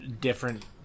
different